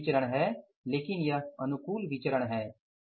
विचरण है लेकिन यह अनुकूल विचरण है